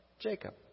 Jacob